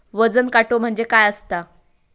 वजन काटो म्हणजे काय असता?